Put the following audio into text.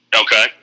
Okay